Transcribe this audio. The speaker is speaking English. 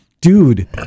Dude